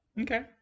Okay